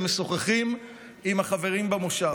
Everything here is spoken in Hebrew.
משוחחים עם החברים במושב,